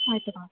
ಆಯಿತು ಮಾ